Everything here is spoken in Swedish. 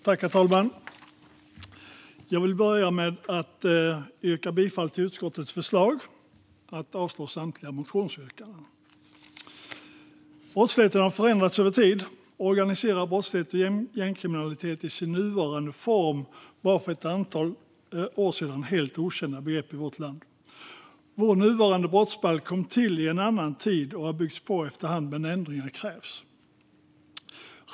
Herr talman! Jag vill börja med att yrka bifall till utskottets förslag och avslag på samtliga motionsyrkanden. Brottsligheten har förändrats över tid. Organiserad brottslighet och gängkriminalitet i sin nuvarande form var för ett antal år sedan helt okända begrepp i vårt land. Vår nuvarande brottsbalk kom till i en annan tid och har byggts på efter hand, men ändringar krävs.